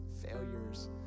failures